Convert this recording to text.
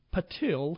Patil